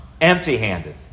empty-handed